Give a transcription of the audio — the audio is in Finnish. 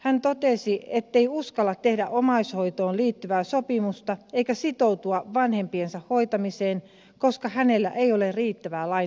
hän totesi ettei uskalla tehdä omaishoitoon liittyvää sopimusta eikä sitoutua vanhempiensa hoitamiseen koska hänellä ei ole riittävää lain turvaa